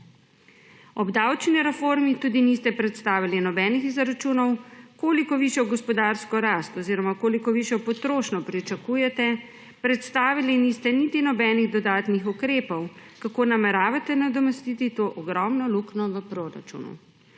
Ob davčni reformi tudi niste predstavili nobenih izračunov, koliko višjo gospodarsko rast oziroma koliko višjo potrošnjo pričakujete, predstavili niste niti nobenih dodatnih ukrepov, kako nameravate nadomestiti to ogromno luknjo v proračunu.